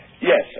Yes